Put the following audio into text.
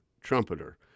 trumpeter